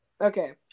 Okay